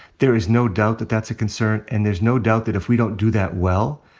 there is no doubt that that's a concern. and there's no doubt that if we don't do that well,